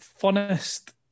funnest